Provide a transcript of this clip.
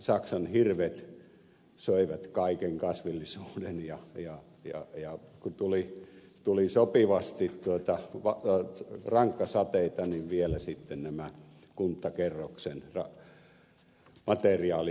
nämä saksanhirvet söivät kaiken kasvillisuuden ja kun tuli sopivasti rankkasateita niin vielä sitten nämä kunttakerroksen materiaalit menivät mereen